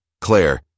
Claire